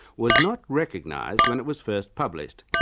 was not recognised when it was first published.